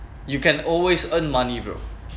you can always earn money bro